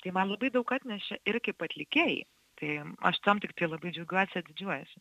tai man labai daug atnešė ir kaip atlikėjai tai aš tuom tiktai labai džiaugiuosi ir didžiuojuosi